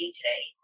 today